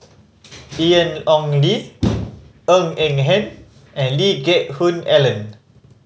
Ian Ong Li Ng Eng Hen and Lee Geck Hoon Ellen